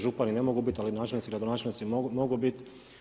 Župani ne mogu biti, ali načelnici, gradonačelnici mogu biti.